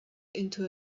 into